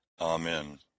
Amen